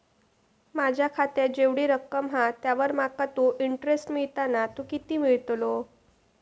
माझ्या खात्यात जेवढी रक्कम हा त्यावर माका तो इंटरेस्ट मिळता ना तो किती मिळतलो?